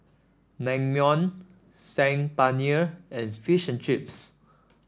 Naengmyeon Saag Paneer and Fish and Chips